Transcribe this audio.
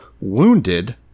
wounded